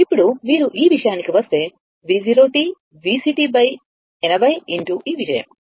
ఇప్పుడు మీరు ఈ విషయానికి వస్తే V0 VC 80 x ఈ విషయం